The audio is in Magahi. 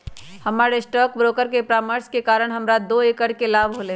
हमर स्टॉक ब्रोकर के परामर्श के कारण हमरा दो करोड़ के लाभ होलय